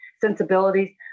sensibilities